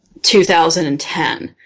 2010